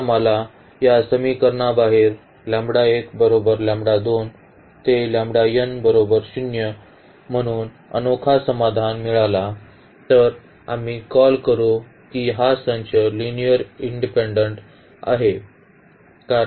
जर आम्हाला या समीकरणाबाहेर म्हणून अनोखा समाधान मिळाला तर आम्ही कॉल करू की हा संच लिनिअर्ली इंडिपेन्डेन्ट आहे